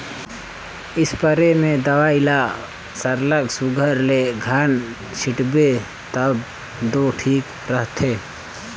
spray में दवई ल सरलग सुग्घर ले घन छींचबे तब दो ठीक रहथे